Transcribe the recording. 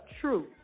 truth